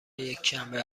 یکشنبه